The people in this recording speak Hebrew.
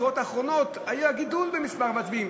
ובבחירות האחרונות אפילו היה גידול במספר המצביעים,